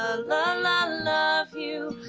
ah la la love you